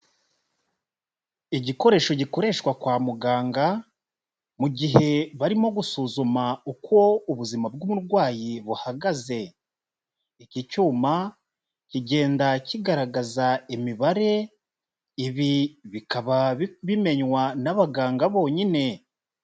Igikoresho gikoreshwa kwa muganga, mu gihe barimo gusuzuma uko ubuzima bw'uburwayi buhagaze. Iki cyuma, kigenda kigaragaza imibare, ibi bikaba bimenywa n'abaganga bonyine.